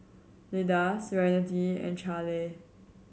Lida Serenity and Charle